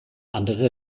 andere